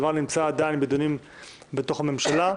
הדבר נמצא עדיין בדיונים בתוך הממשלה,